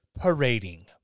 parading